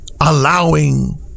allowing